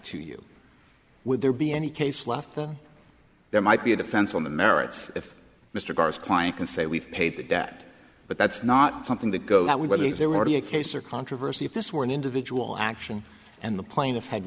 to you would there be any case left the there might be a defense on the merits if mr karr's client can say we've paid the debt but that's not something that goes that we believe there were already a case or controversy if this were an individual action and the pla